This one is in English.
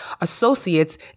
associates